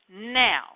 now